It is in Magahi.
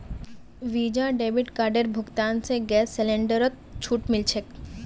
वीजा डेबिट कार्डेर भुगतान स गैस सिलेंडरत छूट मिल छेक